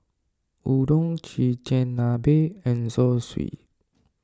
Udon Chigenabe and Zosui